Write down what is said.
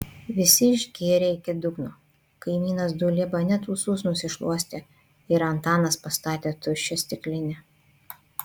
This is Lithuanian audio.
visi išgėrė iki dugno kaimynas dulieba net ūsus nusišluostė ir antanas pastatė tuščią stiklinę